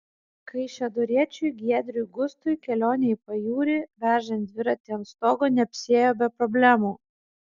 kaišiadoriečiui giedriui gustui kelionė į pajūrį vežant dviratį ant stogo neapsiėjo be problemų